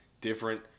different